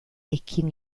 ekin